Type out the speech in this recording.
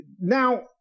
Now